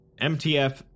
MTF